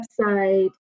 website